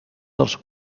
dels